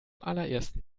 allerersten